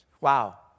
Wow